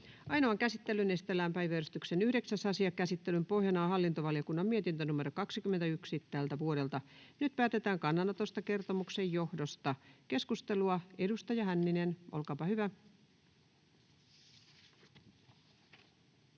Ainoaan käsittelyyn esitellään päiväjärjestyksen 9. asia. Käsittelyn pohjana on hallintovaliokunnan mietintö HaVM 21/2024 vp. Nyt päätetään kannanotosta kertomuksen johdosta. — Keskustelua. Edustaja Hänninen, olkaapa hyvä.